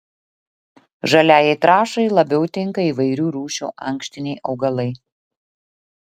žaliajai trąšai labiau tinka įvairių rūšių ankštiniai augalai